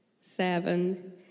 seven